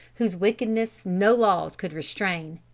whose wickedness no laws could restrain.